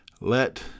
Let